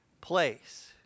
place